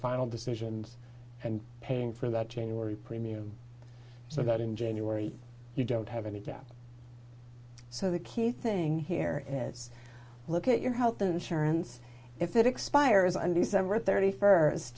final decisions and paying for that january premium so that in january you don't have any cap so the key thing here as look at your health insurance if it expires and december thirty first